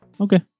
okay